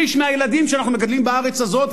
שליש מהילדים שאנחנו מגדלים בארץ הזאת,